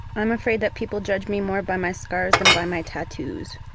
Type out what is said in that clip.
i'm afraid that people judge me more by my scars than by my tattoos.